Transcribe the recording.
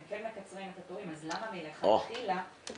הם מקצרים את התורים ואם כן למה מלכתחילה זה לא קרה?